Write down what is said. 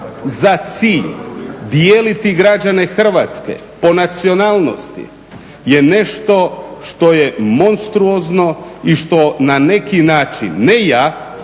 za cilj dijeliti građane Hrvatske po nacionalnosti je nešto što je monstruozno i što na neki način, ne ja,